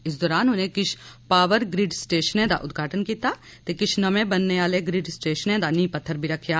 इस दौरान उनें किश पॉवर ग्रिड स्टेशनें दा उद्घाटन कीता ते किश नमें बनने आह्ले ग्रिड स्टेशनें दा नींह् पत्थर बी रक्खेआ